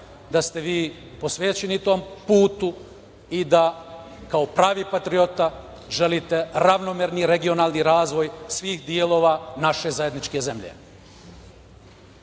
da ste vi posvećeni tom putu i da, kao pravi patriota, želite ravnomerni regionalni razvoj svih delova naše zajedničke zemlje. Raduje